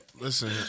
Listen